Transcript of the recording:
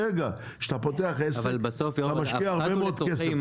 כשאתה פותח עסק, אתה משקיע הרבה מאוד כסף.